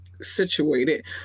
situated